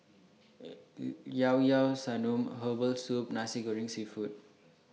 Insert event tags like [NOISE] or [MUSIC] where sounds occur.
[NOISE] Llao Llao Sanum Herbal Soup Nasi Goreng Seafood